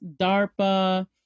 DARPA